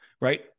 Right